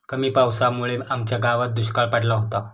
कमी पावसामुळे आमच्या गावात दुष्काळ पडला होता